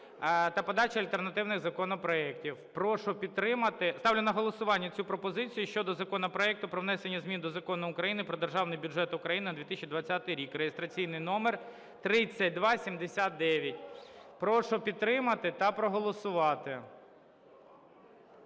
та подачі альтернативних законопроектів. Ставлю на голосування цю пропозицію щодо законопроекту про внесення змін до Закону України "Про Державний бюджет України на 2020 рік" (реєстраційний номер 3279). Прошу підтримати та проголосувати.